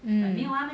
mm